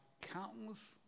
Countless